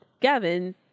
Gavin